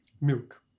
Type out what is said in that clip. Milk